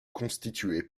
constitué